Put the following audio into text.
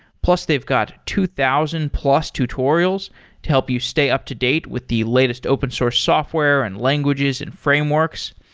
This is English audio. plus they've got two thousand plus tutorials to help you stay up-to-date with the latest open source software and languages and frameworks.